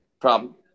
problem